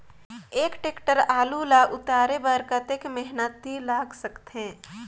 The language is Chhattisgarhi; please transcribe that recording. एक टेक्टर आलू ल उतारे बर कतेक मेहनती लाग सकथे?